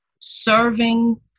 serving